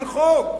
אין חוק.